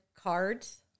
cards